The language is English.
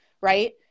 right